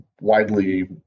widely